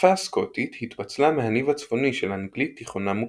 השפה סקוטית התפצלה מהניב הצפוני של אנגלית תיכונה מוקדמת.